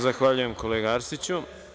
Zahvaljujem, kolega Arsiću.